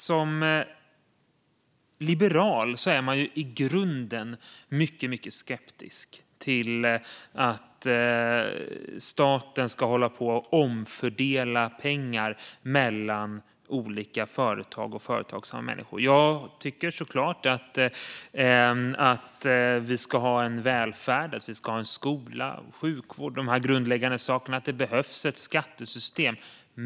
Som liberal är jag i grunden mycket skeptisk till att staten ska omfördela pengar till olika företag och företagsamma människor. Vi ska givetvis ha en grundläggande välfärd med skola och sjukvård, och det behövs ett skattesystem.